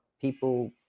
people